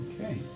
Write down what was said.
Okay